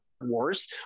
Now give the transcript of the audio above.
wars